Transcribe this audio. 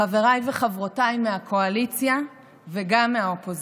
חבריי וחברותיי מהקואליציה וגם מהאופוזיציה,